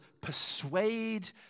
persuade